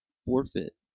Forfeit